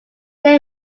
they